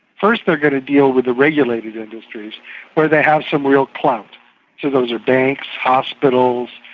first they're going to deal with the regulated industries where they have some real clout so those are banks, hospitals,